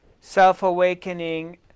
self-awakening